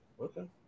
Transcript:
Okay